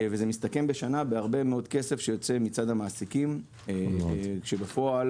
זה מסתכם במשך השנה בהרבה מאוד כסף שיוצא מצד המעסיקים כאשר בפועל